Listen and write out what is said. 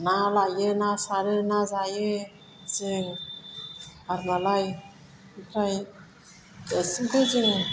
ना लायो ना सारो ना जायो जों आरमालाय ओमफ्राय दासिमबो जोङो